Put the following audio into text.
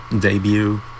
Debut